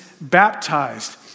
baptized